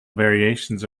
variations